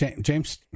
James